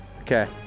Okay